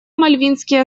мальвинские